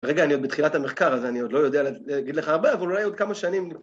רגע, אני עוד בתחילת המחקר הזה, אני עוד לא יודע להגיד לך הרבה, אבל אולי עוד כמה שנים ניקח.